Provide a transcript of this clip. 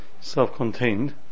self-contained